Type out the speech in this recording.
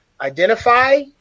Identify